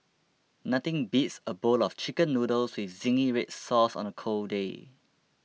nothing beats a bowl of Chicken Noodles with Zingy Red Sauce on a cold day